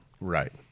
right